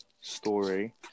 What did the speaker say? story